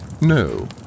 No